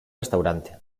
restaurante